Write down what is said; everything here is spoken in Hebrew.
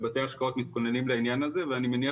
ובתי ההשקעות מתכוננים לעניין הזה ואני מניח